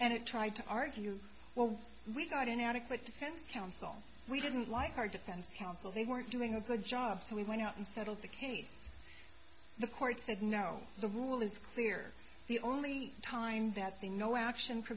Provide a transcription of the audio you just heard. and it tried to argue well we got an adequate defense counsel we didn't like our defense counsel they weren't doing a good job so we went out and settled the case the court said no the rule is clear the only time that the no action